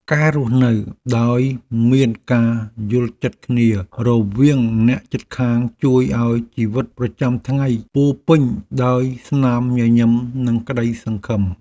ការរស់នៅដោយមានការយល់ចិត្តគ្នារវាងអ្នកជិតខាងជួយឱ្យជីវិតប្រចាំថ្ងៃពោរពេញដោយស្នាមញញឹមនិងក្តីសង្ឃឹម។